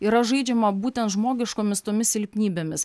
yra žaidžiama būtent žmogiškomis tomis silpnybėmis